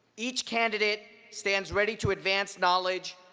each candidate stands ready to advance knowledge,